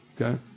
okay